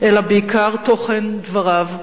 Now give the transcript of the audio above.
אלא בעיקר תוכן דבריו,